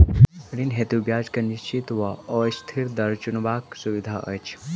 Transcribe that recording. ऋण हेतु ब्याज केँ निश्चित वा अस्थिर दर चुनबाक सुविधा अछि